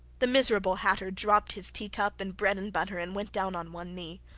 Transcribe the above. the miserable hatter dropped his teacup and bread-and-butter, and went down on one knee.